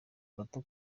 gato